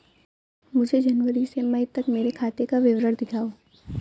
मुझे जनवरी से मई तक मेरे खाते का विवरण दिखाओ?